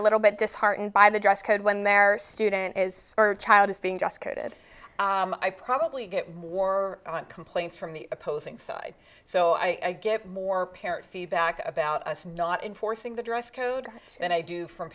a little but disheartened by the dress code when their student is or child is being discarded i probably get war on complaints from the opposing side so i get more parent feedback about us not enforcing the dress code than i do from